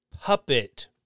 puppet